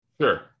Sure